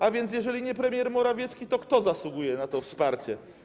A więc jeżeli nie premier Morawiecki, to kto zasługuje na to wsparcie?